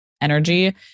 energy